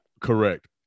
Correct